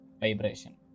vibration